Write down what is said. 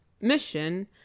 mission